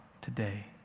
today